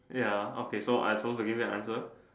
ya okay so I supposed to give you an answer